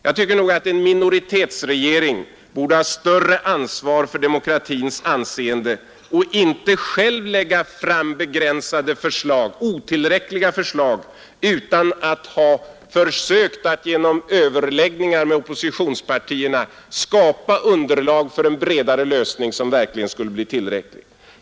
Jag tycker nog att en minoritetsregering borde ha större ansvar för demokratins anseende och inte själv lägga fram begränsade, otillräckliga förslag utan att ha försökt att genom överläggningar med oppositionspartierna skapa underlag för en bredare lösning som verkligen skulle bli tillräcklig.